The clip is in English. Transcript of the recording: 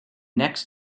next